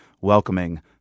welcoming